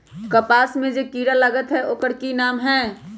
कपास में जे किरा लागत है ओकर कि नाम है?